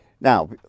Now